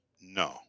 No